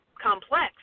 complex